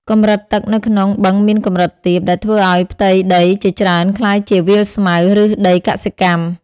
កម្រិតទឹកនៅក្នុងបឹងមានកម្រិតទាប ដែលធ្វើឲ្យផ្ទៃដីជាច្រើនក្លាយជាវាលស្មៅ ឬដីកសិកម្ម។